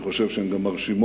אני חושב שהן גם מרשימות,